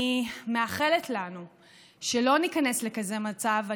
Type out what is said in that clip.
אני מאחלת לנו שלא ניכנס לכזה מצב,